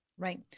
Right